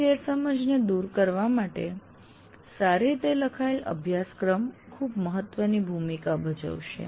આ ગેરસમજને દૂર કરવા માટે સારી રીતે લખાયેલ અભ્યાસક્રમ ખૂબ મહત્વની ભૂમિકા ભજવશે